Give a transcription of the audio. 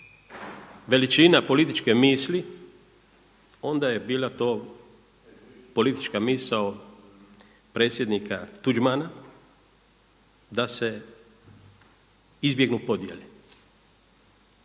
veličina političke misli onda je bila to politička misao predsjednika Tuđmana da se izbjegnu podjele.